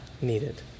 needed